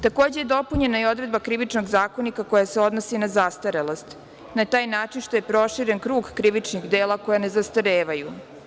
Takođe je dopunjena i odredba Krivičnog zakonika koja se odnosi na zastarelost na taj način što je proširen krug krivičnih dela koja ne zastarevaju.